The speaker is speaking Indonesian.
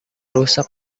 rusak